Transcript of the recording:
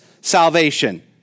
salvation